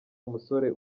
umusore